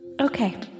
Okay